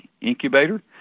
incubator